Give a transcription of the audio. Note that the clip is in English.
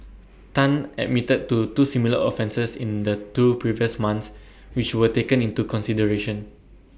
Tan admitted to two similar offences in the two previous months which were taken into consideration